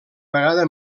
vegada